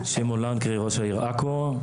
שמעון לנקרי ראש העיר עכו,